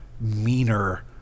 meaner